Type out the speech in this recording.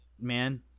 man